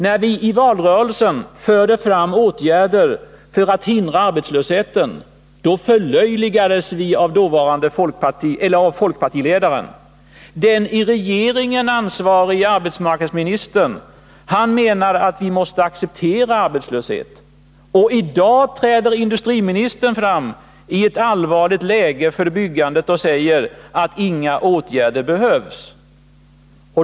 När vi i valrörelsen förde fram förslag till åtgärder för att hindra arbetslösheten förlöjligades vi av folkpartiledaren. Den i regeringen ansvarige arbetsmarknadsministern menar att vi måste acceptera arbetslöshet. I dag träder industriministern fram i ett allvarligt läge för byggandet och säger att inga åtgärder behövs.